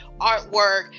artwork